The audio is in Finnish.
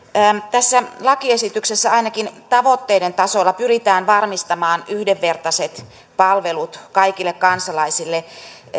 tässä lakiesityksessä ainakin tavoitteiden tasolla pyritään varmistamaan yhdenvertaiset palvelut kaikille kansalaisille